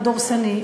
הדורסני,